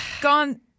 gone –